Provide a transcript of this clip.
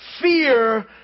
fear